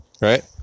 right